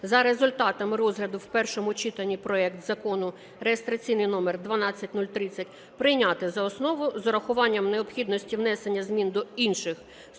за результатами розгляду в першому читанні проект Закону, реєстраційний номер 12030, прийняти за основу з урахуванням необхідності внесення змін до інших структурних